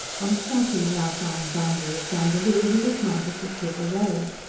on striking the outlying boundary of dandaloo, he dismounted to slip a rail.